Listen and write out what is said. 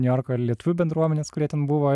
niujorko ir lietuvių bendruomenės kurie ten buvo